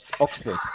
Oxford